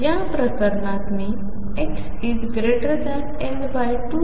तर या प्रकरणात मी xL2